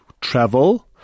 Travel